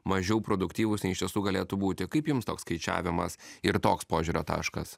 mažiau produktyvūs nei iš tiesų galėtų būti kaip jums toks skaičiavimas ir toks požiūrio taškas